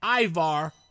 Ivar